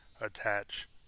attach